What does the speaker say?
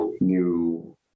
new